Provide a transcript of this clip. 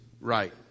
right